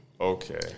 Okay